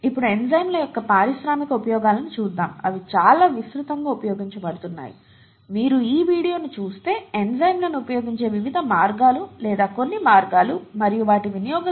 ఇప్పుడు ఎంజైమ్ల యొక్క పారిశ్రామిక ఉపయోగాలను చూద్దాం అవి చాలా విస్తృతంగా ఉపయోగించబడుతున్నాయి మీరు ఈ వీడియోను చూస్తే ఎంజైమ్లను ఉపయోగించే వివిధ మార్గాలు లేదా కొన్ని మార్గాలు మరియు వాటి వినియోగ స్థాయి సంవత్సరానికి బిలియన్ డాలర్లు